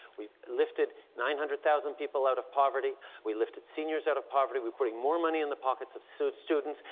we've lifted nine hundred thousand people out of poverty, we lifted seniors out of poverty, we're putting more money in into the pockets of so students.